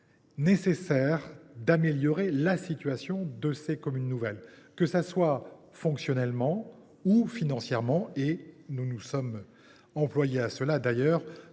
nécessaire d’améliorer la situation de ces communes nouvelles, que ce soit fonctionnellement ou financièrement, et nous nous y sommes d’ailleurs